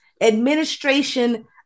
Administration